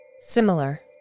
similar